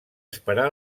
esperar